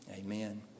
Amen